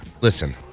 Listen